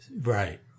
Right